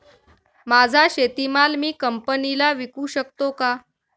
माझा शेतीमाल मी कंपनीला विकू शकतो का?